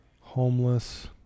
Homeless